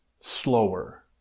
slower